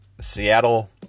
Seattle